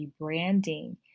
rebranding